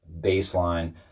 baseline